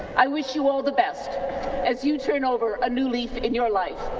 i wish you all the best as you turn over ah new leaf in your life.